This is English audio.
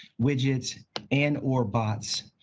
widget and or bots.